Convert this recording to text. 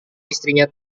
istrinya